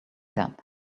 that